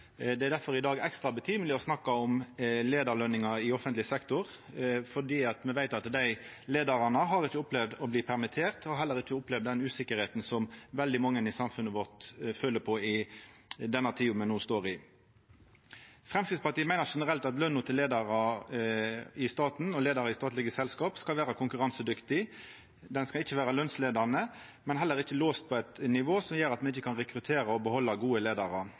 Det er difor i dag ekstra passande å snakka om leiarløningar i offentleg sektor, fordi me veit at dei leiarane ikkje har opplevd å bli permitterte, og har heller ikkje opplevd den usikkerheita som veldig mange i samfunnet vårt føler på i den tida me no står i. Framstegspartiet meiner generelt at løna til leiarar i staten og leiarar i statlege selskap skal vera konkurransedyktig, dei skal ikkje vera lønnsleiande, men heller ikkje låst på eit nivå som gjer at me ikkje kan rekruttera og behalda gode